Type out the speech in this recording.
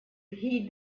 heed